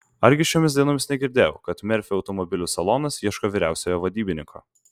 argi šiomis dienomis negirdėjau kad merfio automobilių salonas ieško vyriausiojo vadybininko